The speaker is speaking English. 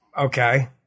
Okay